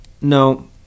No